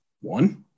one